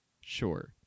Sure